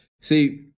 See